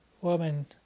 woman